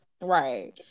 right